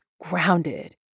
grounded